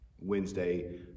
Wednesday